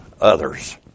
others